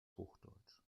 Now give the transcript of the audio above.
hochdeutsch